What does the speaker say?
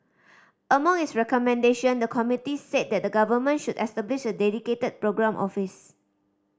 among its recommendation the committee said the Government should establish a dedicated programme office